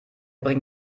bringt